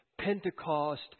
Pentecost